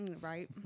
Right